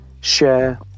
share